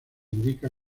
indica